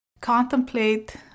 Contemplate